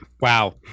Wow